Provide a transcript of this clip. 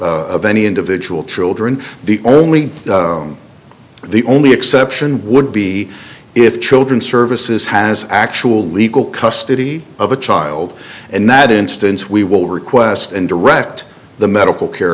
of any individual children the only the only exception would be if children services has actual legal custody of a child and that instance we will request and direct the medical care